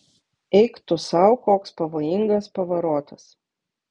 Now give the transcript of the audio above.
eik tu sau koks pavojingas pavarotas